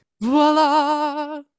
voila